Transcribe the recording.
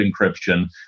encryption